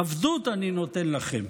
עבדות אני נותן לכם".